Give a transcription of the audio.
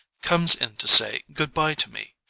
comes in to say good bye to me,